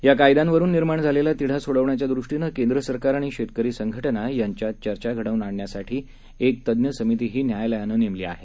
या कायद्यांवरुन निर्माण झालेला तिढा सोडवण्याच्या दृष्टीनं केंद्र सरकार आणि शेतकरी संघटना यांच्यात चर्चा घडवून आणण्यासाठी एक तज्ञ सभितीही न्यायालयानं नेमली आहे